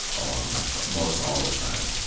um most most all the time.